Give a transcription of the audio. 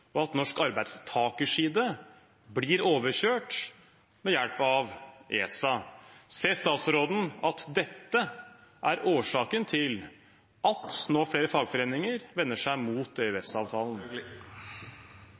hjelp av ESA. Ser statsråden at dette er årsaken til at flere fagforeninger nå vender seg mot